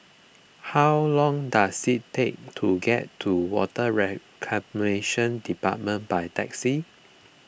how long does it take to get to Water Reclamation Department by taxi